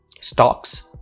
stocks